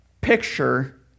picture